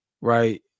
Right